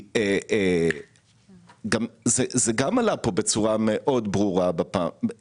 הבעיה שפה לא מביאים את הפתרונות האמיתיים.